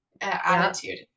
attitude